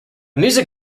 music